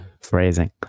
phrasing